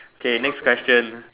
okay next question